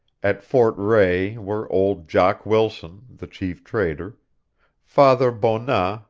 at fort rae were old jock wilson, the chief trader father bonat,